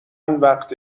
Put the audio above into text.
وقت